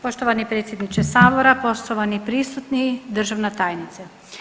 Poštovani predsjedniče Sabora, poštovani prisutni, državna tajnice.